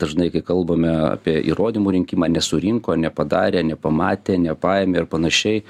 dažnai kai kalbame apie įrodymų rinkimą nesurinko nepadarė nepamatė nepaėmė ir panašiai